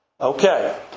Okay